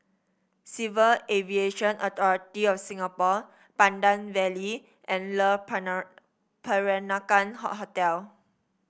Civil Aviation Authority of Singapore Pandan Valley and Le Peranakan Hotel